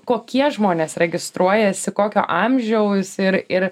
kokie žmonės registruojasi kokio amžiaus ir ir